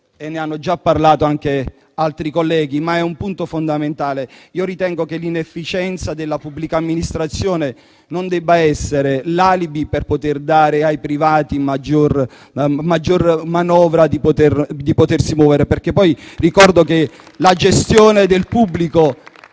e ne hanno già parlato anche altri colleghi, ma è un punto fondamentale. Ritengo che l'inefficienza della pubblica amministrazione non debba essere l'alibi per dare ai privati maggiore spazio di manovra. Ricordo che la gestione del pubblico